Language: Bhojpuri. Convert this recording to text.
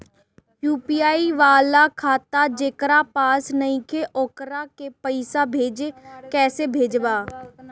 यू.पी.आई वाला खाता जेकरा पास नईखे वोकरा के पईसा कैसे भेजब?